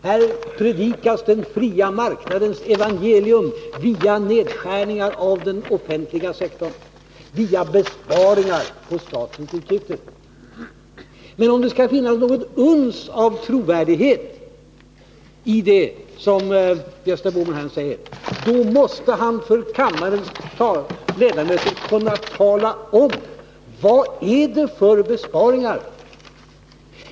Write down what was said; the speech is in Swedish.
Här predikas den fria marknadens evangelium via nedskärningar av den offentliga sektorn, via besparingar på statens utgifter. Men om det skall finnas ett uns av trovärdighet i det som Gösta Bohman här säger måste han för kammarens ledamöter kunna tala om: Vad är det för besparingar?